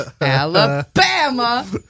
Alabama